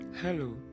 Hello